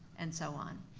and so on.